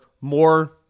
more